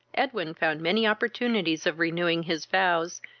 edwin found many opportunities of renewing his vows,